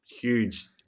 huge